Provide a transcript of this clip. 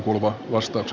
olkaa hyvä